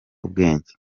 ubwenge